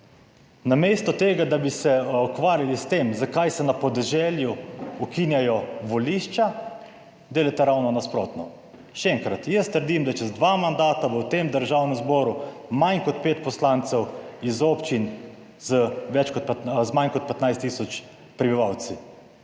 namesto tega, da bi se ukvarjali s tem, zakaj se na podeželju ukinjajo volišča, delate ravno nasprotno. Še enkrat jaz trdim, da čez dva mandata v tem Državnem zboru manj kot pet poslancev iz občin z manj kot 15 tisoč prebivalci.